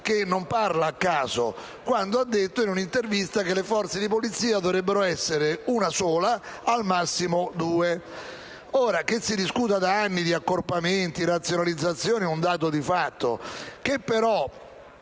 che non parla a caso - il quale in un'intervista ha detto che le forze di polizia dovrebbero essere una sola o, al massimo, due. Ora, che si discuta da anni di accorpamenti e razionalizzazioni è un dato di fatto,